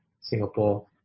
Singapore